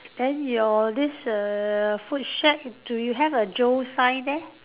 then your this err food shack do you have a Joe sign there